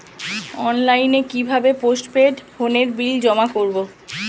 অনলাইনে কি ভাবে পোস্টপেড ফোনের বিল জমা করব?